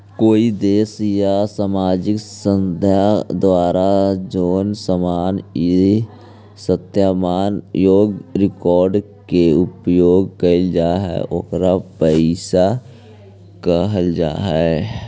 कोई देश या सामाजिक संस्था द्वारा जोन सामान इ सत्यापन योग्य रिकॉर्ड के उपयोग कईल जा ओकरा पईसा कहल जा हई